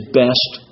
best